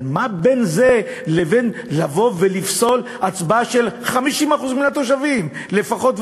אבל מה בין זה לבין לבוא ולפסול הצבעה של 50% מן התושבים לפחות,